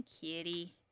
kitty